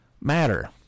matter